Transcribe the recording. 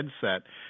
headset